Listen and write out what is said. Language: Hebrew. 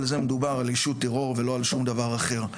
על זה מדובר, על ישות טרור ולא על שום דבר אחר.